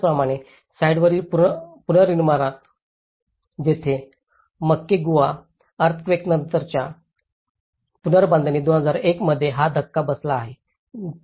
त्याचप्रमाणे साइटवरील पुनर्निर्माणात येथे मक्केगुआमध्ये अर्थक्वेकनंतरच्या पुनर्बांधणीत 2001 मध्येही हा धक्का बसला आहे तो 6